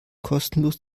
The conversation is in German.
kostenlos